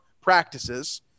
practices